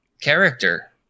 character